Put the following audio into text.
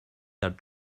that